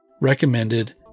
recommended